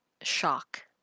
shock